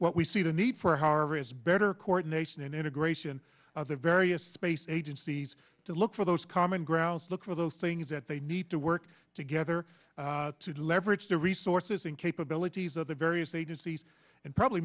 what we see the need for is better coordination and integration of the various space agencies to look for those common grounds look for those things that they need to work together to to leverage the resources and capabilities of the various agencies and probably